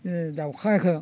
दाउखाखो